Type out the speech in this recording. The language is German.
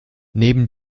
neben